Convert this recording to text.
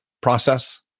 process